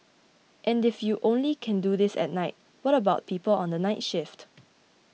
and if you only can do this at night what about people on the night shift